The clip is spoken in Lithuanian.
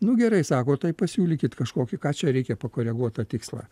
nu gerai sako tai pasiūlykit kažkokį ką čia reikia pakoreguot tą tikslą